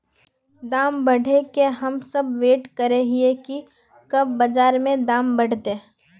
दाम बढ़े के हम सब वैट करे हिये की कब बाजार में दाम बढ़ते?